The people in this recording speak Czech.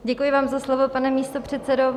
Děkuji vám za slovo, pane místopředsedo.